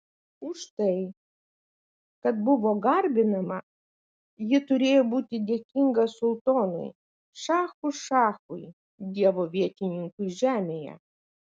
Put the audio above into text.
už tai kad buvo garbinama ji turėjo būti dėkinga sultonui šachų šachui dievo vietininkui žemėje